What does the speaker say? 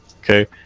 Okay